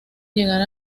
llegar